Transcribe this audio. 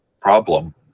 problem